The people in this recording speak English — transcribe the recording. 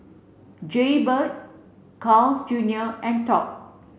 Jaybird Carl's Junior and Top